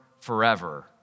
forever